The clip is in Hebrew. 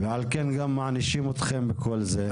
ועל כן גם מענישים אתכם בכל זה.